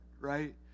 right